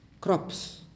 crops